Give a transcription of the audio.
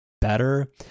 better